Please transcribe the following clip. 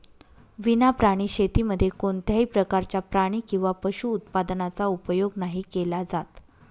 विना प्राणी शेतीमध्ये कोणत्याही प्रकारच्या प्राणी किंवा पशु उत्पादनाचा उपयोग नाही केला जात